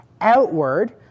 outward